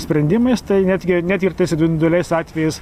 sprendimais tai netgi net ir individualiais atvejais